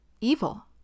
evil